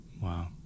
Wow